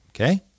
Okay